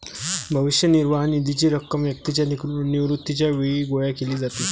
भविष्य निर्वाह निधीची रक्कम व्यक्तीच्या निवृत्तीच्या वेळी गोळा केली जाते